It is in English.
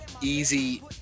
Easy